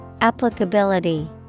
Applicability